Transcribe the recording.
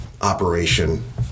operation